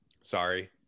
sorry